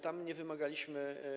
Tam nie wymagaliśmy.